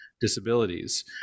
disabilities